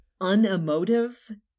unemotive